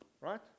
right